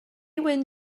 wyn